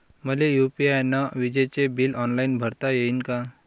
मले यू.पी.आय न विजेचे बिल ऑनलाईन भरता येईन का?